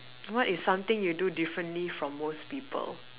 what is something you do differently from most people